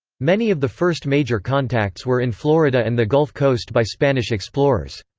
many of the first major contacts were in florida and the gulf coast by spanish explorers.